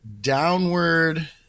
downward